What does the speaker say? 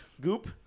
Goop